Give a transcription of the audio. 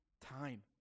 time